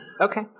Okay